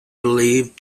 believed